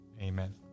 Amen